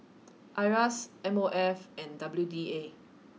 Iras M O F and W D A